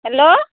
hello